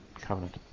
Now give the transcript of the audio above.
covenant